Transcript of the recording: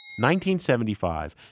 1975